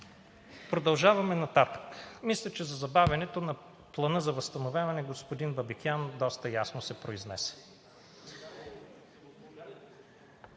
Продължаваме нататък. Мисля, че за забавянето на Плана за възстановяване господин Бабикян доста ясно се произнесе.